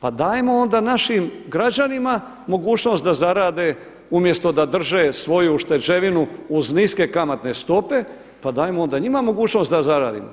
pa dajmo onda našim građanima mogućnost da zarade umjesto da drže svoju ušteđevinu uz niske kamatne stope pa dajmo onda njima mogućnost da zarade.